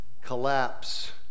Collapse